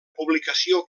publicació